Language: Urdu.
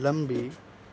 لمبی